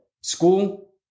school